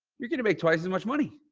you're going to make twice as much money.